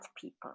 people